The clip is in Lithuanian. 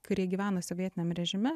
kurie gyveno sovietiniam režime